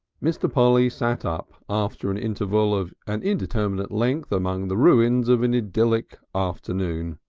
mr. polly sat up after an interval of an indeterminate length among the ruins of an idyllic afternoon.